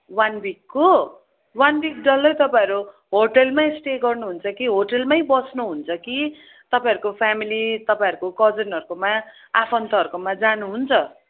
one विकको one week डल्लै तपाईँहरू होटेलमा स्टे गर्नु हुन्छ कि होटेलमा बस्नु हुन्छ कि तपाईँहरूको फ्यामिली तपाईँहरूको कजनहरूकोमा आफन्तहरकोमा जानु हुन्छ